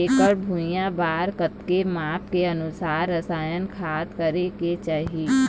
एकड़ भुइयां बार कतेक माप के अनुसार रसायन खाद करें के चाही?